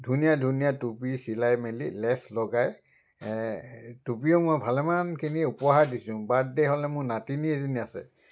ধুনীয়া ধুনীয়া টুপি চিলাই মেলি লেছ লগাই টুপিও মই ভালেমানখিনি উপহাৰ দিছোঁ বাৰ্থডে হ'লে মোৰ নাতিনি এজনী আছে